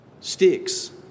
sticks